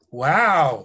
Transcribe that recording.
wow